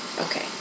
Okay